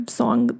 song